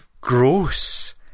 gross